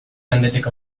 mendetik